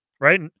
right